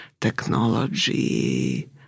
technology